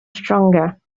stronger